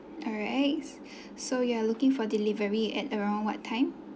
alright so you are looking for delivery at around what time